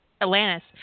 Atlantis